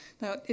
Now